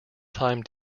time